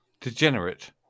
Degenerate